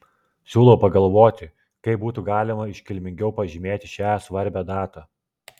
siūlau pagalvoti kaip būtų galima iškilmingiau pažymėti šią svarbią datą